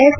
S